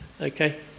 Okay